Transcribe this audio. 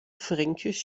fränkisch